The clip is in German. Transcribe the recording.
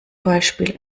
beispiel